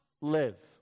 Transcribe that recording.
live